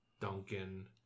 Duncan